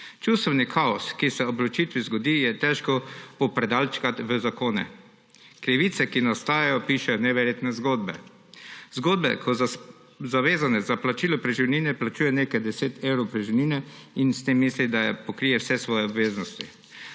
Čustveni kaos, ki se ob ločitvi zgodi, je težko popredalčkati v zakone. Krivice, ki nastajajo, pišejo neverjetne zgodbe, zgodbe, ko zavezanec za plačilo preživnine plačuje nekaj deset evrov preživnine in s tem misli, da pokrije vse svoje obveznosti.